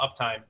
uptime